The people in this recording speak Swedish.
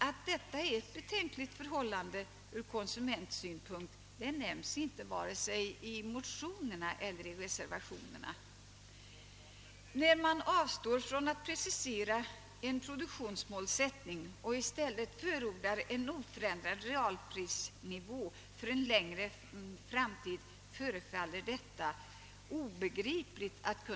Att detta är ett betänkligt förhållande ur konsumentsynpunkt nämns inte vare sig i motionerna eller i reservationen. Det är obegripligt att man inför konsumenterna kan försvara att man avstår från att precisera en produktionsmålsättning och i stället förordar en oförändrad realprisnivå för en längre tid.